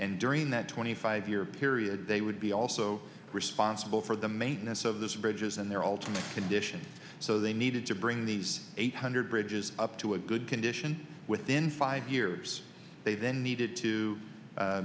and during that twenty five year period they would be also responsible for the maintenance of those bridges and their ultimate condition so they needed to bring these eight hundred bridges up to a good condition within five years they then needed to